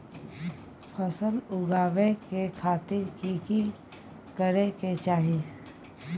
फसल उगाबै के खातिर की की करै के चाही?